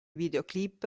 videoclip